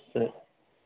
சரி